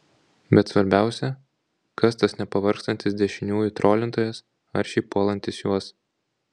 bet svarbiausia kas tas nepavargstantis dešiniųjų trolintojas aršiai puolantis juos